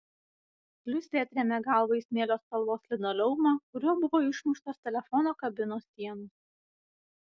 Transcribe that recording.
liusė atrėmė galvą į smėlio spalvos linoleumą kuriuo buvo išmuštos telefono kabinos sienos